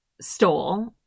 stole